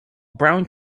brown